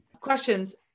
questions